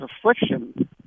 affliction